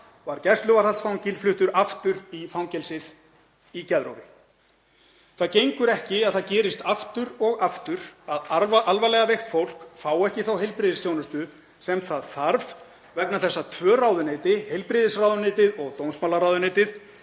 var gæsluvarðhaldsfanginn fluttur aftur í fangelsið í geðrofi. Það gengur ekki að það gerist aftur og aftur að alvarlega veikt fólk fái ekki þá heilbrigðisþjónustu sem það þarf vegna þess að tvö ráðuneyti, heilbrigðisráðuneytið og dómsmálaráðuneytið,